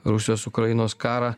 rusijos ukrainos karą